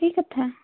কি কথা